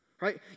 Right